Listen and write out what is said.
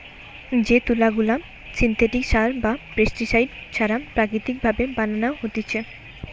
যে তুলা গুলা সিনথেটিক সার বা পেস্টিসাইড ছাড়া প্রাকৃতিক ভাবে বানানো হতিছে